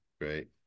great